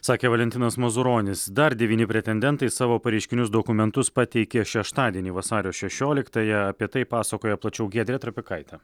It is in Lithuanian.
sakė valentinas mazuronis dar devyni pretendentai savo pareiškinius dokumentus pateikė šeštadienį vasario šešioliktąją apie tai pasakoja plačiau giedrė trapikaitė